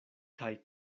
kaj